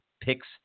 picks